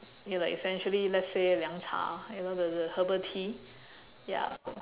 ya like essentially let's say 凉茶 you know the the herbal tea ya so